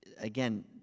again